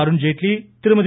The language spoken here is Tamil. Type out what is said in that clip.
அருண்ஜேட்லி திருமதி